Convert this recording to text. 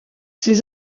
ses